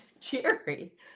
Jerry